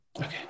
Okay